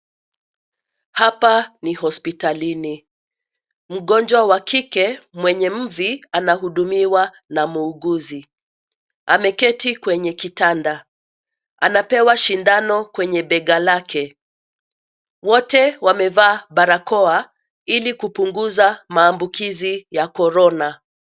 Hapa ni hospitalini. Mgonjwa wa kike, mwenye mvi anahudumiwa na muuguzi. Ameketi kwenye kitanda. Anapewa sindano kwenye bega lake. Wote wamevaa barakoa, ili kupunguza maambukizi ya korona.